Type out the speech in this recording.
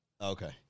okay